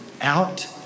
out